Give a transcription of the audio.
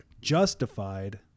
justified